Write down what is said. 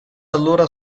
allora